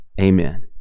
Amen